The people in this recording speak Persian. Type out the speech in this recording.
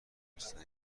رستمی